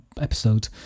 episode